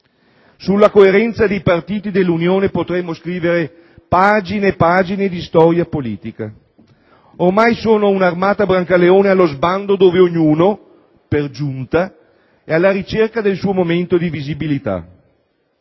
Sulla coerenza dei partiti dell'Unione potremmo scrivere pagine e pagine di storia politica. Ormai, sono un'armata Brancaleone allo sbando in cui ognuno, per giunta, è alla ricerca del suo momento di visibilità.